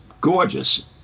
gorgeous